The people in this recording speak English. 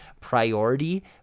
priority